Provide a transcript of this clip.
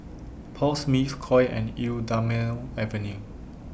Paul Smith Koi and Eau Thermale Avene